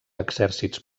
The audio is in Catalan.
exèrcits